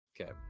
Okay